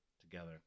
together